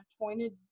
pointed